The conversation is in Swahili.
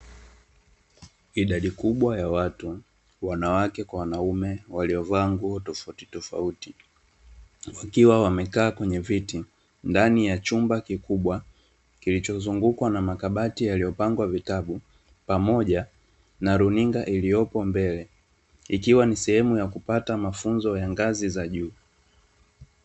Idadi kubwa ya watu, wanawake kwa wanaume waliovaa nguo tofautitofauti, wakiwa wamekaa kwenye viti ndani ya chumba kikubwa, kilichozungukwa na makabatikabati yaliyopangwa vitabu, pamoja na runinga iliyopo mbele ikiwa ni sehemu ya kupata mafunzo ya ngazi za juu.